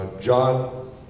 John